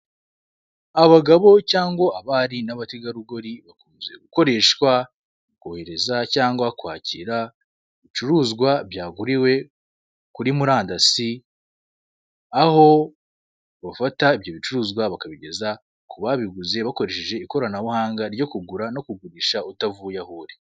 Abagabo cyangwa abari n'abategerugori bakunzwe gukoreshwa mu kohereza cyangwa kwakira ibicuruzwa byaguriwe kuri murandasi, aho bafata ibyo bicuruzwa bakabigeza kubabiguze bakorehseje ikoranabuhanga ryo kugura no kugurisha utavuye aho uri.